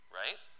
right